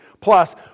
Plus